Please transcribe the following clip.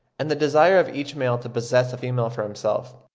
and the desire of each male to possess a female for himself.